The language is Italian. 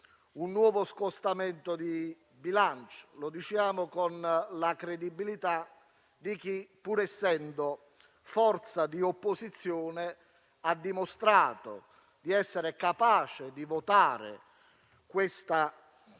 un nuovo scostamento di bilancio. Lo diciamo con la credibilità di chi, pur essendo forza di opposizione, ha dimostrato di essere capace di votare questa necessità